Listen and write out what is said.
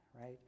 right